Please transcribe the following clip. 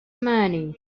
money